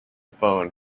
phone